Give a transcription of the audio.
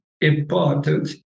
important